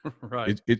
right